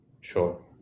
Sure